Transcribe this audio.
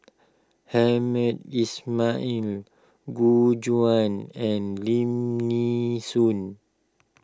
Hamed Ismail Gu Juan and Lim Nee Soon